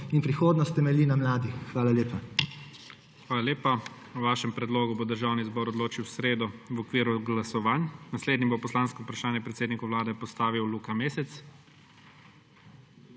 In prihodnost temelji na mladih. Hvala lepa. **PREDSEDNIK IGOR ZORČIČ:** Hvala lepa. O vašem predlogu bo Državni zbor odločil v sredo v okviru glasovanj. Naslednji bo poslansko vprašanje predsedniku Vlade postavil Luka Mesec.